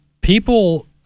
people